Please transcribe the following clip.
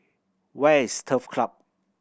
where is Turf Club